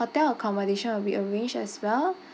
hotel accommodation will be arranged as well